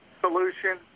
solution